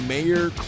Mayor